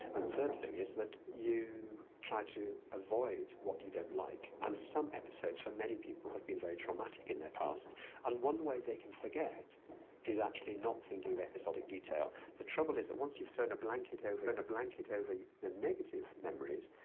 and the third thing is that you try to avoid what you don't like and some episodes for many people have been very traumatic in their past and one way they can forget is actually not thinking of episodic detail. the trouble is that once you've thrown a blanket over and blanket over the negative memories,